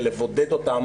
ולבודד אותן